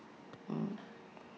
mm